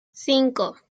cinco